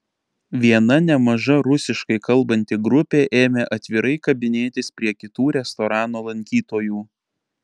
viena nemaža rusiškai kalbanti grupė ėmė atvirai kabinėtis prie kitų restorano lankytojų